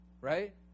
right